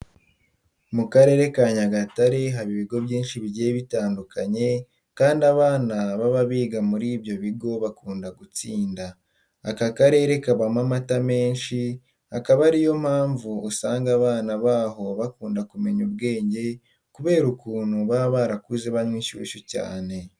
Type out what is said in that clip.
Mu karere ka Nyagatare haba ibigo byinshi bigiye bitandukanye kandi abana baba biga muri ibyo bigo bakunda gutsinda. Aka karere kabamo amata menshi, akaba ari yo mpamvu usanga abana baho bakunda kumenya ubwenge kubera ukuntu baba barakuze banywa inshyushyu cyane.